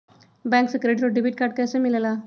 Bank से credit और debit card कैसी मिलेला?